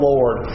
Lord